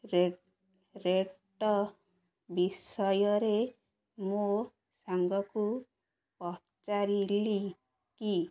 ରେ ରେଟ ବିଷୟରେ ମୋ ସାଙ୍ଗକୁ ପଚାରିଲି କି